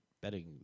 betting